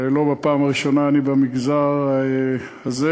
ולא בפעם הראשונה אני במגזר הזה,